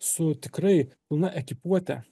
su tikrai pilna ekipuote